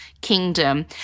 kingdom